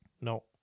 No